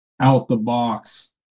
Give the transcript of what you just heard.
out-the-box